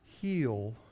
Heal